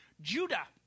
Judah